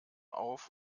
auf